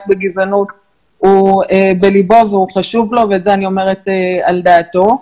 בגזענות הוא בליבו והוא חשוב לו ואת זה אני אומרת על דעתו.